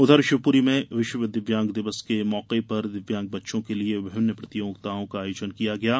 उधर शिवपुरी में विश्व दिव्यांग दिवस के मौके पर दिव्यांग बच्चों के लिये विभिन्न प्रतियोगिताओं के आयोजन किये गये